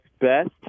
best